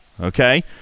okay